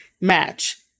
match